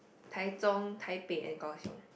Tai-Zhong Taipei and Kaohsiung